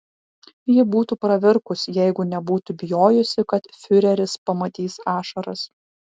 ji būtų pravirkus jeigu nebūtų bijojusi kad fiureris pamatys ašaras